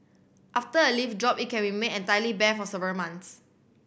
after a leaf drop it can remain entirely bare for several months